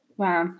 wow